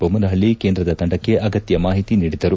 ಬೊಮ್ಮನಹಳ್ಳಿ ಕೇಂದ್ರದ ತಂಡಕ್ಕೆ ಅಗತ್ಯ ಮಾಹಿತಿ ನೀಡಿದರು